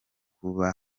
kuba